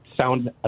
sound